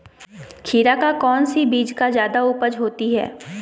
खीरा का कौन सी बीज का जयादा उपज होती है?